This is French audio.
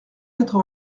quatre